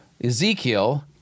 Ezekiel